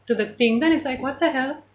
to the thing then it's like what the hell